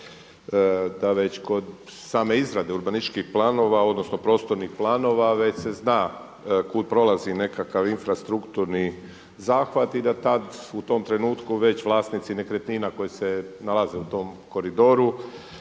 da već kod same izrade urbanističkih planova, odnosno prostornih planova već se zna kud prolazi nekakav infrastrukturni zahvat i da tad u tom trenutku već vlasnici nekretnina koji se nalaze u tom koridoru